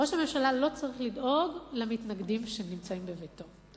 ראש הממשלה לא צריך לדאוג למתנגדים שנמצאים בביתו,